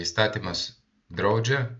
įstatymas draudžia